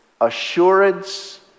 assurance